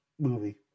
movie